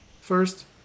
First